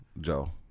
Joe